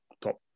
top